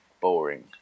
boring